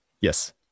Yes